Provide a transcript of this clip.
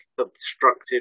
obstructive